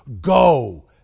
Go